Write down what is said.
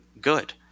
good